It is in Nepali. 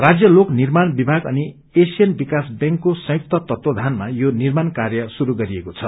राज्य लोक निर्माण विभाग अनि एशियन विकास बैंकको संयुक्त तत्वावधानमा यो निर्माण कार्य श्रू गरिएको छ